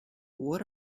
what